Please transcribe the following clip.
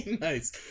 Nice